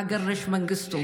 אגרנש מנגיסטו,